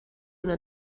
una